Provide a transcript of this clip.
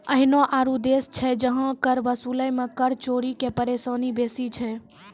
एहनो आरु देश छै जहां कर वसूलै मे कर चोरी के परेशानी बेसी छै